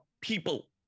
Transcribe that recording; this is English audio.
people